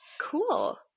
cool